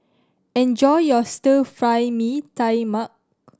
enjoy your Stir Fry Mee Tai Mak